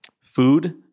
food